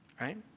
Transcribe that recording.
Right